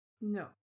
no